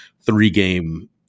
three-game